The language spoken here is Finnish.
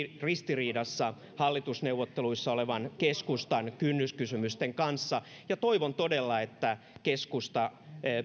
ristiriidassa hallitusneuvotteluissa olevan keskustan kynnyskysymysten kanssa ja toivon todella että keskusta